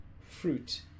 fruit